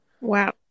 Wow